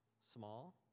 small